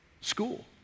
school